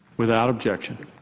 without objection.